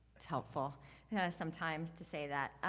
it's helpful sometimes to say that.